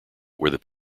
where